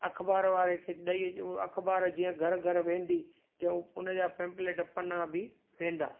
अख़बार वारे खे ॾई अख़बार जीअं घरु घरु वेंदी तीअं उनजा पैम्प्लेट पना बि वेंदा